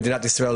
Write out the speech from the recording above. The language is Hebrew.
במדינת ישראל,